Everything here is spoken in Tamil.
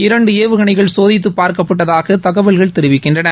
இரண்டு ஏவுகணைகள் சோதித்துப் பார்க்கப்பட்டதாக தகவல்கள் தெரிவிக்கின்றன